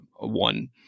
one